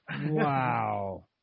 wow